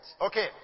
Okay